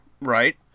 right